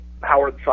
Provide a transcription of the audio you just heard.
Howard